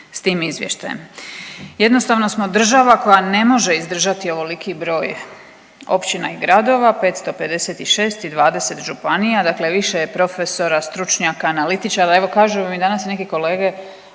s tim izvještajem. Jednostavno smo država koja ne može izdržati ovoliki broj općina i gradova, 556 i 20 županija. Dakle, više je profesora, stručnjaka, analitičara. Evo kažu mi danas i neke kolege